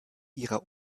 ihrer